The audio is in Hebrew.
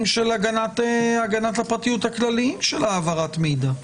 של הגנת הפרטיות הכלליים של העברת ידע.